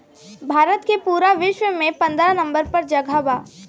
भारत के पूरा विश्व में पन्द्रह नंबर पर जगह बा